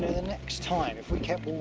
the next time, if we kept